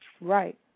Right